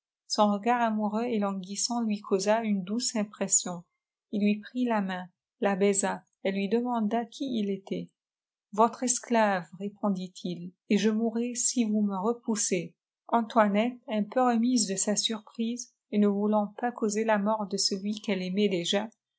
son regard amoureux et languissant lui causa une douce impression il lui prit la main la baisa elle lui demanda qui il était t votre esclave répondit-il it et je mourrai si vous me repoussez antoinette un peu remise de sa surprise et ne voulant pas causer la mort de celui qu'elle aimait dà